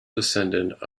descendant